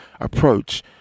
approach